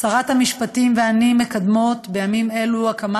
שרת המשפטים ואני מקדמות בימים אלו הקמת